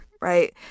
Right